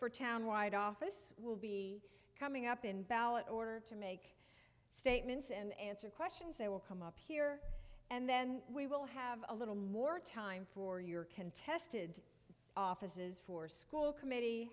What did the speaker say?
for town wide office will be coming up in ballot order to make statements and answer questions they will come up here and then we will have a little more time for your contested offices for school committee